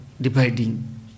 dividing